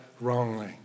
wrongly